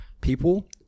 people